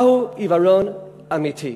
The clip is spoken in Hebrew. מהו עיוורון אמיתי?